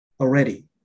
already